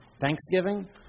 Thanksgiving